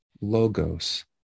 logos